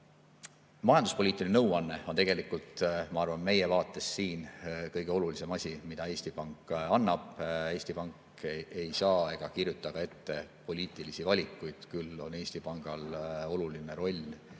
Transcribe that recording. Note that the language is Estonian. Majanduspoliitiline nõuanne on tegelikult, ma arvan, meie vaates siin kõige olulisem asi, mida Eesti Pank annab. Eesti Pank ei kirjuta ette poliitilisi valikuid. Küll on Eesti Pangal oluline roll